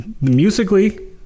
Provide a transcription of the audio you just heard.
musically